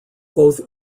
both